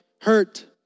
hurt